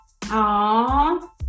Aww